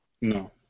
no